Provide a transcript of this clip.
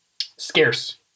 scarce